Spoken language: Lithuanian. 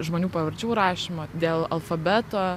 žmonių pavardžių rašymo dėl alfabeto